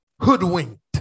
hoodwinked